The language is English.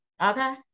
Okay